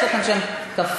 יש לכם שם קפה,